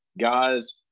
guys